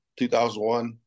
2001